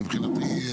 מבחינתי,